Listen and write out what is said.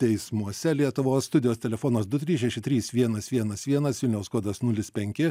teismuose lietuvos studijos telefonas du trys šeši trys vienas vienas vienas vilniaus kodas nulis penki